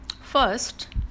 First